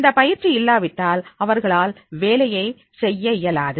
இந்தப் பயிற்சி இல்லாவிட்டால் அவர்களால் வேலையை செய்ய இயலாது